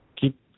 Keep